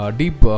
deep